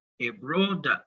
abroad